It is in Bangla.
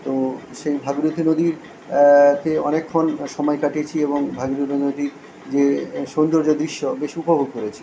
তো সেই ভাগীরথী নদীরতে অনেকক্ষণ সমায় কাটিয়েছি এবং ভাগীরথী নদীর যে সৌন্দর্য দৃশ্য বেশ উপভোগ করেছি